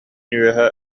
үөһэ